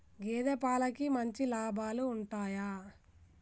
గేదే పాలకి మంచి లాభాలు ఉంటయా?